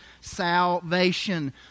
salvation